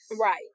right